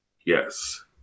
Yes